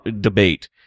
debate